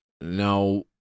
Now